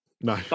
No